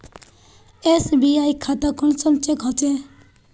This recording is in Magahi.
एस.बी.आई खाता कुंसम चेक होचे?